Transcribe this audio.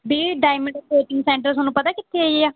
ਵੀ ਇਹ diamond coaching centre ਤੁਹਾਨੂੰ ਪਤਾ ਕਿੱਥੇ ਹੈਗੀ ਹੈ